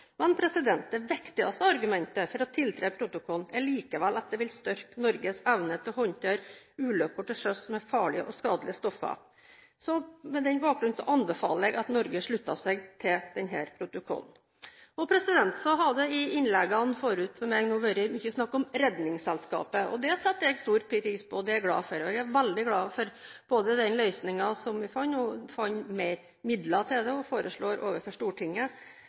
det viktigste argumentet for å tiltre protokollen er likevel at det vil styrke Norges evne til å håndtere ulykker til sjøs med farlige og skadelige stoffer. På denne bakgrunn anbefaler jeg at Norge slutter seg til denne protokollen. Så har det i innleggene forut for mitt vært mye snakk om Redningsselskapet, og det setter jeg stor pris på. Jeg er veldig glad for den løsningen som vi fant, at vi fant mer midler til det og foreslår det overfor Stortinget